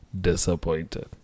disappointed